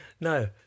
no